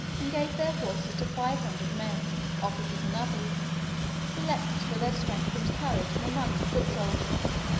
and gave their horses to five hundred men officers and others selected for their strength and courage from among the foot soldiers.